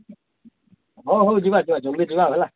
ହଉ ହଉ ଯିବା ଯିବା ଜଲ୍ଦି ଯିବା ଆଉ ହେଲା